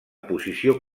posició